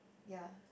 ya